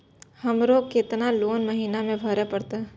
हमरो केतना लोन महीना में भरे परतें?